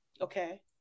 Okay